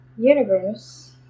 universe